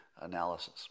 analysis